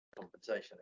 compensation